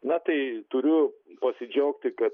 na tai turiu pasidžiaugti kad